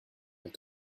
elle